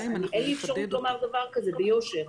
אין לי אפשרות לומר דבר כזה ביושר.